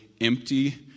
empty